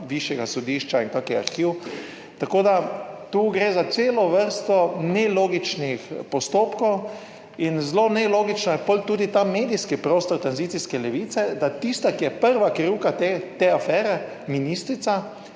višjega sodišča in kakšen arhiv. Tako, da tu gre za celo vrsto nelogičnih postopkov. In zelo nelogično je potem tudi ta medijski prostor tranzicijske levice, da tista, ki je prva krivka te afere, ministrica,